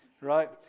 Right